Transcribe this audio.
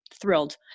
thrilled